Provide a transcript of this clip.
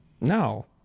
No